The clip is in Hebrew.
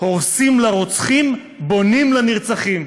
הורסים לרוצחים, בונים לנרצחים.